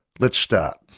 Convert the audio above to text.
let's start.